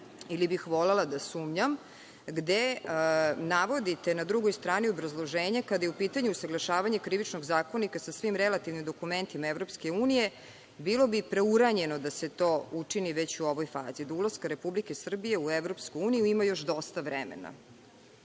ili bih volela da sumnjam, gde navodite na drugoj strani u obrazloženju kada je u pitanju usaglašavanje Krivičnog zakonika sa svim relativnim dokumentima EU, bilo bi preuranjeno da se to učini već u ovoj fazi. Do ulaska Republike Srbije u EU ima još dosta vremena,